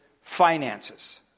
finances